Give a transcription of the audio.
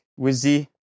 Wizzy